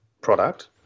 Product